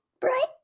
Bright